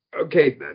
Okay